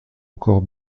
encore